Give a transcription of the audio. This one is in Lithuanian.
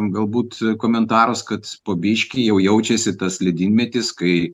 galbūt komentarus kad po biškį jau jaučiasi tas ledynmetis kai